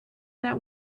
that